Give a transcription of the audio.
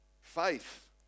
Faith